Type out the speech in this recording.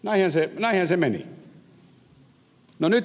näinhän se meni